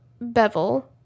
Bevel